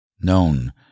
Known